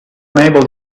unable